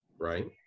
Right